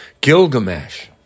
Gilgamesh